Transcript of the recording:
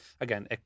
again